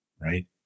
right